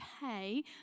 pay